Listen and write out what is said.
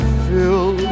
fill